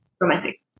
romantic